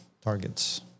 targets